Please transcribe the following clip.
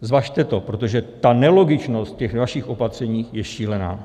Zvažte to, protože ta nelogičnost ve vašich opatřeních je šílená.